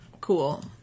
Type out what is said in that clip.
cool